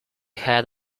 had